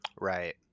right